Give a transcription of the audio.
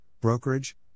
brokerage